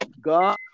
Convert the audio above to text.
God